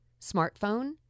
smartphone